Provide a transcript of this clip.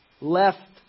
left